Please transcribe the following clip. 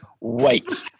wait